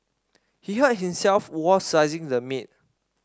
he hurt himself while slicing the meat